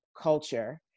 culture